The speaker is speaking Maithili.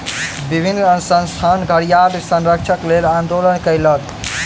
विभिन्न संस्थान घड़ियाल संरक्षणक लेल आंदोलन कयलक